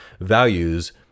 values